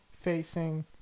facing